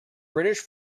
british